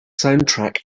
soundtrack